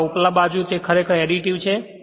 તેથી આ ઉપલા બાજુ તે ખરેખર એડિટિવ છે